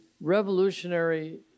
revolutionary